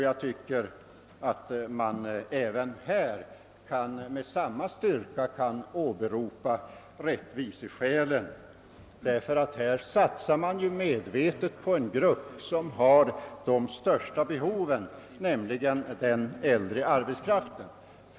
Jag tycker att man med samma styrka kan åberopa rättviseskälen, när man här medvetet satsar på den grupp som har det största behovet, nämligen den äldre arbetskraften.